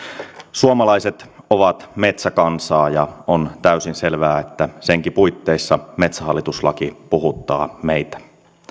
suomalaiset ovat metsäkansaa ja on täysin selvää että senkin puitteissa metsähallitus laki puhuttaa meitä